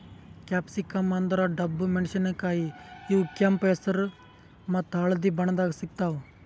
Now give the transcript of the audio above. capsicum ಅಂದ್ರ ಡಬ್ಬು ಮೆಣಸಿನಕಾಯಿ ಇವ್ ಕೆಂಪ್ ಹೆಸ್ರ್ ಮತ್ತ್ ಹಳ್ದಿ ಬಣ್ಣದಾಗ್ ಸಿಗ್ತಾವ್